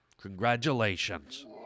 Congratulations